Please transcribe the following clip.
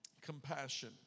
Compassion